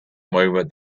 movement